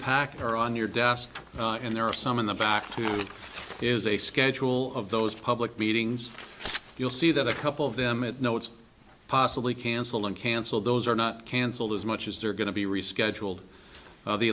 pack or on your desk and there are some in the back is a schedule of those public meetings you'll see that a couple of them it notes possibly cancel and cancel those are not canceled as much as they're going to be rescheduled